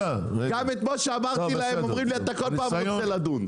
גם את מה שאמרתי להם הם אומרים לי אתה כל פעם רוצה לדון.